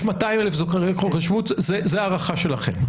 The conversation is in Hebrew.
זה הערכה שלכם.